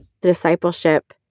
discipleship